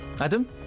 Adam